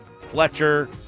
Fletcher